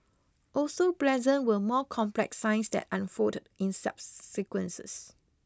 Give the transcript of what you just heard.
also pleasant were more complex signs that unfolded in subsequences